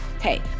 Hey